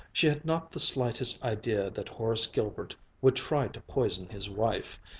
she had not the slightest idea that horace gilbert would try to poison his wife,